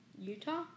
utah